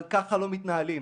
אבל ככה לא מתנהלים.